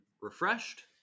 refreshed